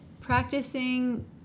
practicing